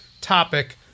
topic